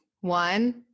One